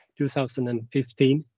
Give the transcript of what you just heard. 2015